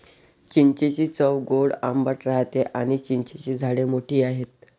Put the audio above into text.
चिंचेची चव गोड आंबट राहते आणी चिंचेची झाडे मोठी आहेत